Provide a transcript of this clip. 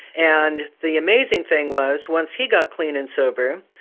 and the amazing thing was once he got clean and sober,